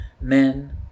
Men